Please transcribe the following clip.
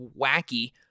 wacky